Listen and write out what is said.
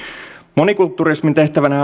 monikultturismin tehtävänä